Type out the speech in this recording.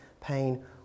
pain